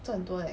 赚很多 eh